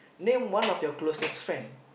name one of your closest friend